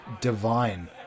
Divine